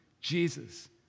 Jesus